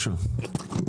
כן.